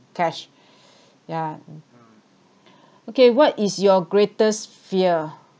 cash yeah okay what is your greatest fear